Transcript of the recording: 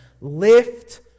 Lift